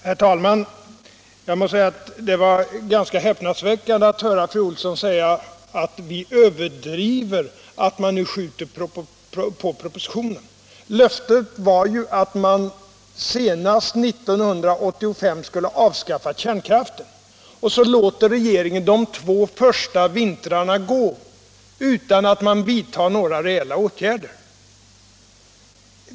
Herr talman! Det var ganska häpnadsväckande att höra fru Olsson säga att vi överdriver betydelsen av att regeringen nu skjuter på propositionen. Löftet var ju att man senast 1985 skulle avskaffa kärnkraften. Och så låter regeringen de två första vintrarna gå utan att vidta några reella åtgärder.